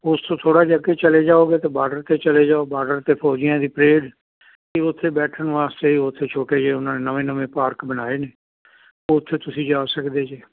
ਉਸ ਤੋਂ ਥੋੜ੍ਹਾ ਜਿਹਾ ਅੱਗੇ ਚਲੇ ਜਾਓਗੇ ਤਾਂ ਬਾਰਡਰ 'ਤੇ ਚਲੇ ਜਾਓ ਬਾਰਡਰ 'ਤੇ ਫੌਜੀਆਂ ਦੀ ਪਰੇਡ ਉੱਥੇ ਬੈਠਣ ਵਾਸਤੇ ਉੱਥੇ ਛੋਟੇ ਜਿਹੇ ਉਹਨਾਂ ਨੇ ਨਵੇਂ ਨਵੇਂ ਪਾਰਕ ਬਣਾਏ ਨੇ ਉੱਥੇ ਤੁਸੀਂ ਜਾ ਸਕਦੇ ਜੇ